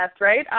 right